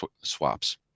swaps